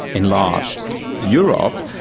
enlarged europe.